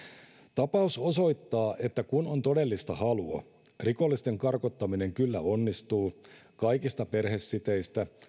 tapaus osoittaa että kun on todellista halua rikollisten karkottaminen kyllä onnistuu kaikista perhesiteistä